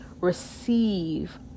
Receive